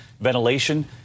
ventilation